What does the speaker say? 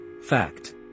Fact